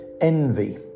envy